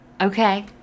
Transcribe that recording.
Okay